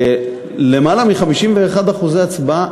למעלה מ-51% הצבעה.